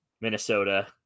Minnesota